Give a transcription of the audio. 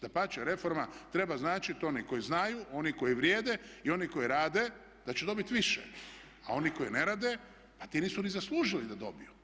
Dapače, reforma treba značiti oni koji znaju, oni koji vrijede i oni koji rade da će dobiti više a oni koji ne rade pa ti nisu ni zaslužili da dobiju.